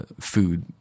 food